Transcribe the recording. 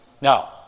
Now